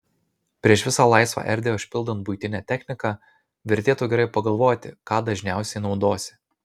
prieš visą laisvą erdvę užpildant buitine technika vertėtų gerai pagalvoti ką dažniausiai naudosi